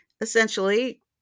essentially